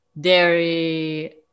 dairy